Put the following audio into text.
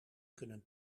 kunnen